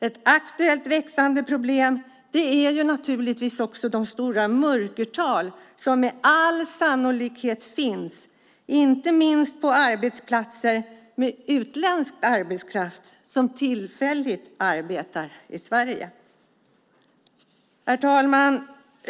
Ett aktuellt växande problem är också de stora mörkertal som med all sannolikhet finns, inte minst på arbetsplatser med utländsk arbetskraft som arbetar i Sverige tillfälligt. Herr talman!